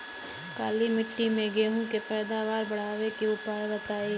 काली मिट्टी में गेहूँ के पैदावार बढ़ावे के उपाय बताई?